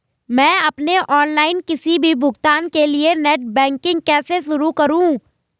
मैं अपने ऑनलाइन किसी भी भुगतान के लिए नेट बैंकिंग कैसे शुरु करूँ?